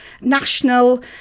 national